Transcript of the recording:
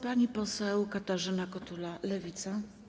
Pani poseł Katarzyna Kotula, Lewica.